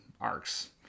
arcs